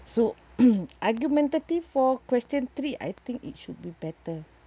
so argumentative for question three I think it should be better